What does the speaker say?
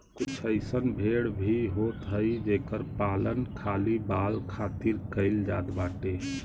कुछ अइसन भेड़ भी होत हई जेकर पालन खाली बाल खातिर कईल जात बाटे